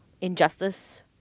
Injustice